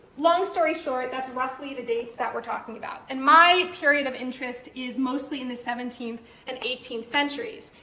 long story short, that's roughly the dates that we're talking about. and my period of interest is mostly in the seventeenth and eighteenth centuries.